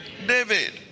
David